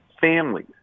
families